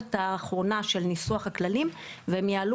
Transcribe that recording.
בישורת האחרונה של ניסוח הכללים והם יעלו